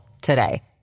today